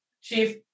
Chief